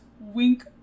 wink